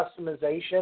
customization